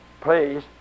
Please